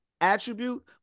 attribute